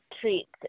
treats